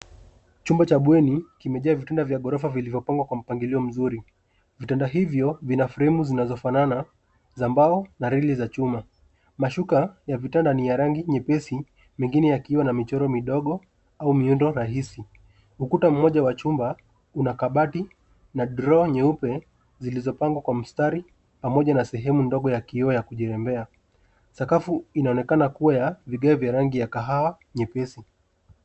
Chumba cha bweni kimejaa vitanda vya gorofa vilivyopangwa kwa mpangilio mzuri. Vitanda hivyo vina fremu zinazofanana za mbao na reli za chuma. Mashuka ya vitanda ni ya rangi nyepesi, mengine yakiwa na michoro midogo au miundo rahisi. Ukuta mmoja wa chumba, una kabati na drawer nyeupe zilizopangwa kwa mistari pamoja na sehemu ndogo ya kioo ya kujirembea. Sakafu inaonekana kuwa ya vidwaa vya rangi ya kahawa nyepesi.